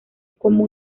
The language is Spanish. como